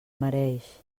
mereix